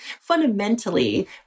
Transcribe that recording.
fundamentally